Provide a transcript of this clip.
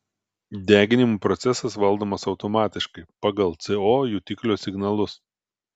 deginimo procesas valdomas automatiškai pagal co jutiklio signalus